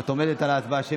את עומדת על הצבעה שמית?